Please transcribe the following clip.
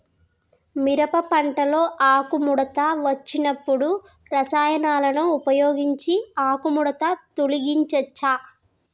మిరప పంటలో ఆకుముడత వచ్చినప్పుడు రసాయనాలను ఉపయోగించి ఆకుముడత తొలగించచ్చా?